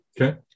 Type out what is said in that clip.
Okay